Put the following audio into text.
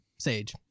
Sage